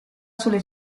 sulle